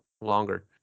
longer